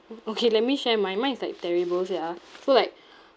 orh okay let me share mine mine is like terrible sia so like